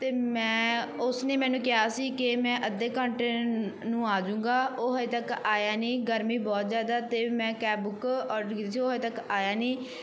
ਅਤੇ ਮੈਂ ਉਸਨੇ ਮੈਨੂੰ ਕਿਹਾ ਸੀ ਕਿ ਮੈਂ ਅੱਧੇ ਘੰਟੇ ਨੂੰ ਆਜੂੰਗਾ ਉਹ ਹਾਲੇ ਤੱਕ ਆਇਆ ਨਹੀਂ ਗਰਮੀ ਬਹੁਤ ਜ਼ਿਆਦਾ ਅਤੇ ਮੈਂ ਕੈਬ ਬੁੱਕ ਔਡਰ ਕੀਤੀ ਸੀ ਉਹ ਹਾਲੇ ਤੱਕ ਆਇਆ ਨਹੀਂ